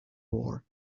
war